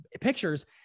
pictures